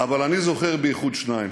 אבל אני זוכר בייחוד שניים.